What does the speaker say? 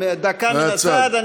דקה מן הצד.